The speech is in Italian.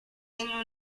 regno